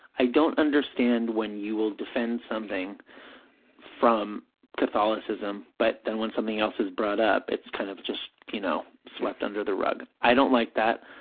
i don't understand when you will defend something from catholicism, but then, when something else is brought up, it's kind of just, you know, swept under the rug. i don't like that.